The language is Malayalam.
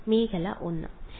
വിദ്യാർത്ഥി മേഖല 1